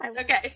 Okay